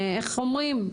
איך אומרים.